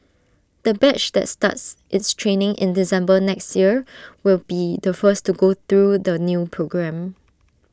the batch that starts its training in December next year will be the first to go through the new programme